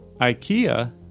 IKEA